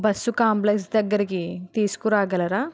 bus complex దగ్గరికి తీసుకురాగలరా